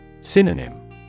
Synonym